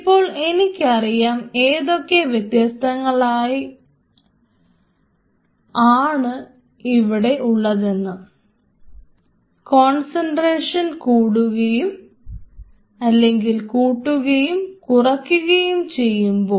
ഇപ്പോൾ എനിക്ക് അറിയാം എന്തൊക്കെ വ്യത്യാസങ്ങളാണ് ഉള്ളതെന്ന് കോൺസെൻട്രേഷൻ കൂട്ടുകയും കുറക്കുകയും ചെയ്യുമ്പോൾ